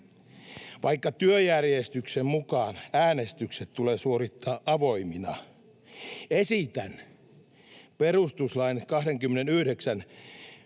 vaikka työjärjestyksen mukaan äänestykset tulee suorittaa avoimina, esitän perustuslain 29